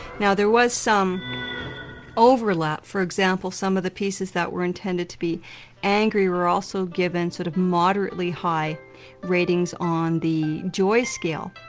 now there was some overlap, for example some of the pieces that were intended to be angry were also given sort of moderately high ratings on the joy scale.